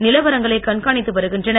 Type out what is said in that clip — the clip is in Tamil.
நிலவரங்களை கண்காணித்து வருகின்றனர்